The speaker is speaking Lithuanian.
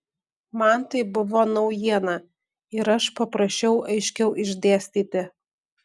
man tai buvo naujiena ir aš paprašiau aiškiau išdėstyti